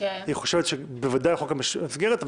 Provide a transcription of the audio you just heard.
היא חושבת שבוודאי חוק המסגרת,